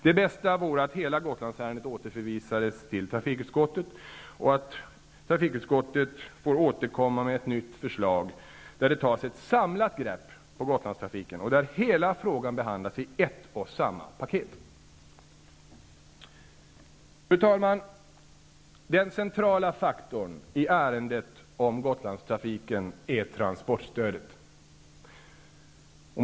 Det bästa vore att hela Gotlandsärendet återförvisades till trafikutskottet och att detta utskott får återkomma med ett nytt förslag, där det tas ett samlat grepp på Gotlandstrafiken och där hela frågan behandlas i ett och samma paket. Fru talman! Den centrala faktorn i ärendet om Gotlandstrafiken är transportstödet.